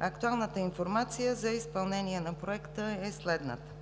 Актуалната информация за изпълнение на Проекта е следната.